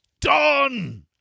done